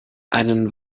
einen